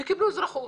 וקיבלו אזרחות.